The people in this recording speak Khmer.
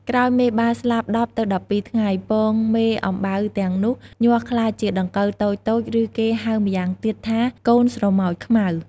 ក្រោយមេបាស្លាប់១០ ទៅ១២ថ្ងៃ ពងមេអំបៅទាំងនោះ ញាស់ក្លាយជាដង្កូវតូចៗ ឬគេហៅម្យ៉ាងទៀតថា «កូនស្រមោចខ្មៅ»។